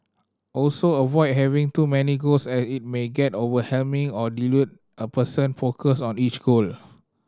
also avoid having too many goals as it may get overwhelming or dilute a person focus on each goal